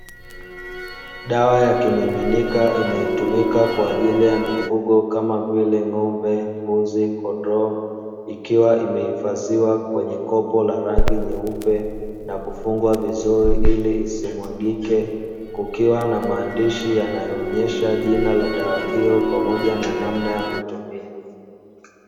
Dawa ya kimiminika, inayotumika kwa ajili ya mifugo kama vile ng’ombe, mbuzi, kondoo ikiwa imehifadhiwa kwenye kopo la rangi nyeupe na kufungwa vizuri ili isimwagike, kukiwa na maandishi yanayoonesha jina la dawa hiyo pamoja na namna ya kutumia.